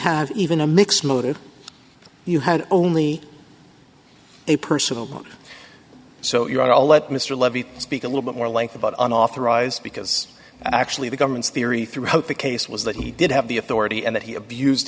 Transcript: have even a mixed motive you had only a personal so you're going to let mr levy speak a little bit more length about unauthorized because actually the government's theory throughout the case was that he did have the authority and that he abused